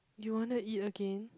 you want to eat again